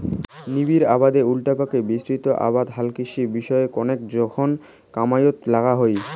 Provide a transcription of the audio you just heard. নিবিড় আবাদের উল্টাপাকে বিস্তৃত আবাদত হালকৃষি বিষয়ক কণেক জোখন কামাইয়ত নাগা হই